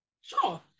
Sure